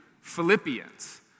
Philippians